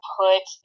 put